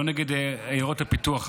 לא נגד עיירות הפיתוח,